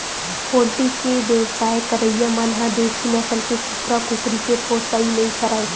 poultry के बेवसाय करइया मन ह देसी नसल के कुकरा, कुकरी के पोसइ नइ करय